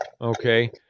Okay